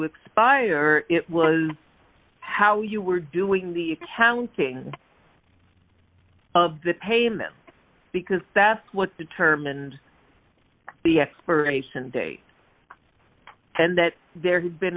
expire it was how you were doing the counting of the payment because that's what determined the expiration date and that there had been